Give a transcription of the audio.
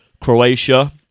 Croatia